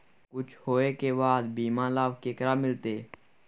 कुछ होय के बाद बीमा लाभ केकरा मिलते?